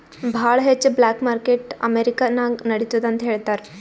ಭಾಳ ಹೆಚ್ಚ black market America ನಾಗ್ ನಡಿತ್ತುದ್ ಅಂತ್ ಹೇಳ್ತಾರ್